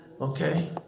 Okay